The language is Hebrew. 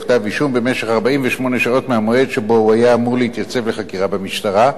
כתב-אישום במשך 48 שעות מהמועד שבו הוא היה אמור להתייצב לחקירה במשטרה,